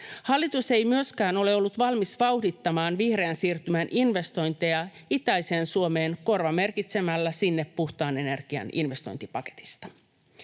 Hallitus ei myöskään ole ollut valmis vauhdittamaan vihreän siirtymän investointeja itäiseen Suomeen korvamerkitsemällä sinne puhtaan energian investointipaketista.